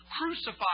crucified